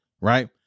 right